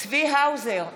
צבי האוזר,